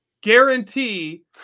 guarantee